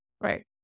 Right